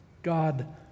God